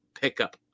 pickup